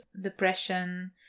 depression